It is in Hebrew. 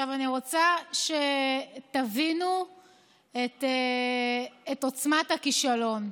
אני רוצה שתבינו את עוצמת הכישלון: